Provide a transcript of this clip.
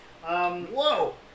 Whoa